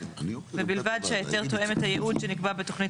ובלבד שההיתר תואם את הייעוד שנקבע בתוכנית